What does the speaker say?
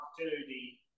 opportunity